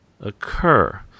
occur